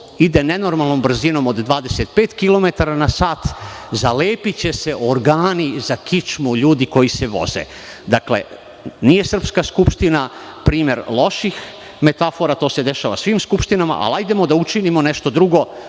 ide nenormalnom brzinom od 25 kilometara na sat, zalepiće se organi za kičmu ljudi koji se voze. Dakle, nije srpska skupština primer loših metafora, to se dešava u svim skupštinama, ali hajde da učinimo nešto drugo,